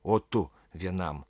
otu vienam